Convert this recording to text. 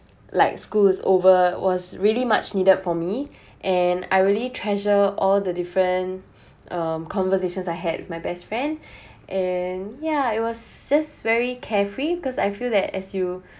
like school is over was really much needed for me and I really treasure all the different um conversations I had with my best friend and yeah it was just very carefree because I feel that as you